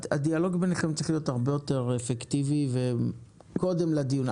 הדיאלוג ביניכם צריך להיות הרבה יותר אפקטיבי וקודם לדיון.